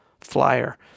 flyer